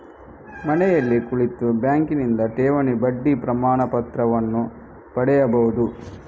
ಮನೆಯಲ್ಲಿ ಕುಳಿತು ಬ್ಯಾಂಕಿನಿಂದ ಠೇವಣಿ ಬಡ್ಡಿ ಪ್ರಮಾಣಪತ್ರವನ್ನು ಪಡೆಯಬಹುದು